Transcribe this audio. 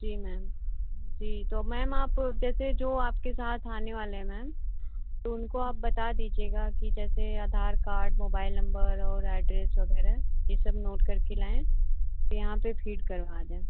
जी ma'am जी तो ma'am आप जैसे जो आपके साथ आने वाले हैं मैम तो उनको आप बता दीजिएगा कि जैसे आधार कार्ड मोबाइल नंबर और ऐड्रेस वगैरह यह सब नोट करके लाएँ यहाँ पर फ़ीड करवा दें